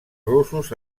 russos